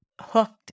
hooked